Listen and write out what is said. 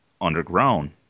underground